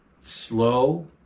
slow